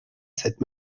cette